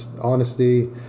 honesty